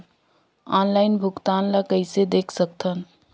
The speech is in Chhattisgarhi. ऑनलाइन भुगतान ल कइसे देख सकथन?